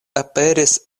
aperis